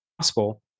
gospel